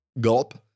gulp